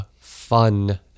fun